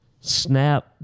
snap